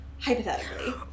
Hypothetically